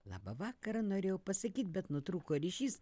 labą vakarą norėjau pasakyt bet nutrūko ryšys